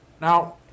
Now